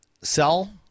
sell